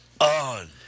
on